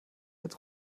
als